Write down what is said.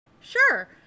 sure